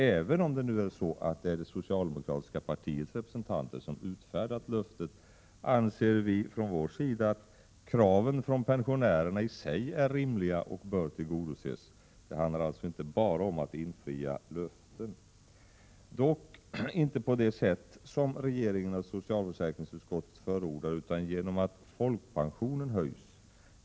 Även om det är det socialdemokratiska partiets representanter som utfärdat löftet, anser vi från kds att kraven från pensionärerna är rimliga och bör tillgodoses, dock inte på det sätt som regeringen och socialförsäkringsutskottet förordar, utan genom att folkpensionen höjs.